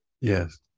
Yes